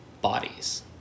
bodies